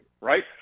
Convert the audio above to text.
right